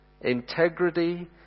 integrity